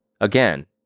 Again